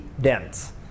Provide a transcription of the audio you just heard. dense